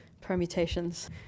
permutations